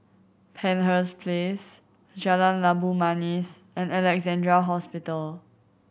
Penshurst Place Jalan Labu Manis and Alexandra Hospital